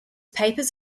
papers